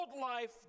life